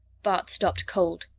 bart stopped cold.